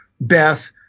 Beth